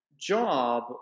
job